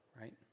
right